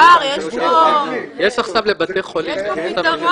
יש עכשיו אפליקציה לבתי חולים.